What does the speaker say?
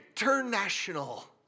International